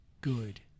good